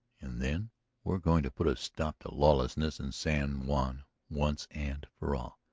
and then we are going to put a stop to lawlessness in san juan once and for all.